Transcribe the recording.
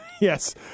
Yes